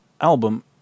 album